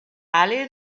alle